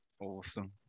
Awesome